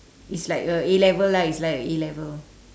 it's like a A-level lah like it's like A-level